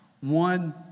One